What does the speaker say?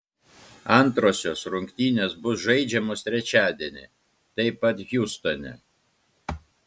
antrosios rungtynės bus žaidžiamos trečiadienį taip pat hjustone